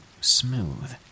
smooth